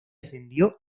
ascendió